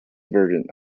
version